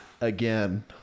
Again